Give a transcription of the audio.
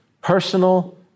personal